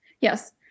Yes